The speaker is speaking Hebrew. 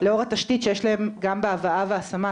לאור התשתית שיש להם גם בהבאה והשמה,